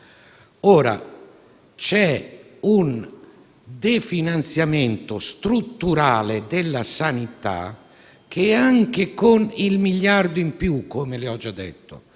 C'è un definanziamento strutturale della sanità che, anche con il miliardo in più - come le ho già detto